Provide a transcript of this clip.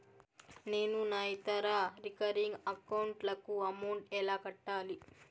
నేను నా ఇతర రికరింగ్ అకౌంట్ లకు అమౌంట్ ఎలా కట్టాలి?